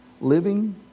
Living